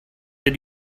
did